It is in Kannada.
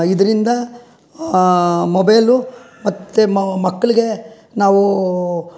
ಇದರಿಂದ ಮೊಬೈಲು ಮತ್ತು ಮಕ್ಕಳಿಗೆ ನಾವು